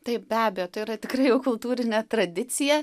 taip be abejo yra tikrai jau kultūrinė tradicija